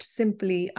simply